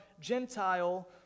Gentile